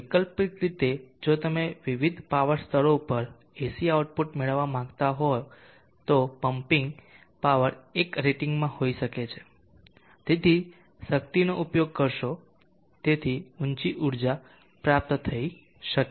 વૈકલ્પિક રીતે જો તમે વિવિધ પાવર સ્તરો પર AC આઉટપુટ મેળવવા માંગતા હો તો પંમ્પિંગ પાવર એક રેટિંગમાં હોઈ શકે છે તમે શક્તિનો ઉપયોગ કરશો તેથી ઉંચી ઊર્જા પ્રાપ્ત કરી શકે છે